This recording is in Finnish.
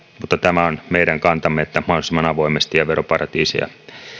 mutta tämä on meidän kantamme että mahdollisimman avoimesti ja veroparatiiseja